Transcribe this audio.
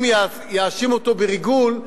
אם יאשימו אותו בריגול,